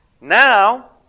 Now